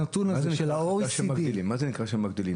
מה זה נקרא שמגדילים?